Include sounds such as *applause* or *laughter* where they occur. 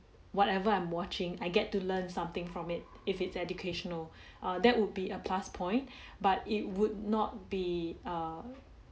whatever I'm watching I get to learn something from it if it's educational *breath* err that would be a plus point but it would not be err